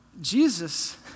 Jesus